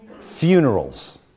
funerals